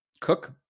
Cook